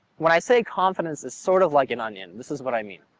when i say confidence is sort of like an onion, this is what i mean.